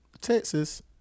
Texas